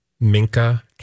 Minka